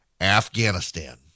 Afghanistan